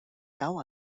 cau